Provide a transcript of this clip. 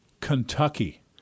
Kentucky